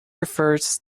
refers